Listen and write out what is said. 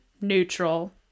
neutral